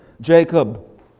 Jacob